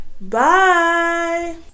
bye